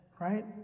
right